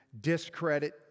discredit